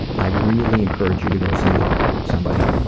i really encourage you to go see somebody.